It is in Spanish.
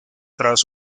tras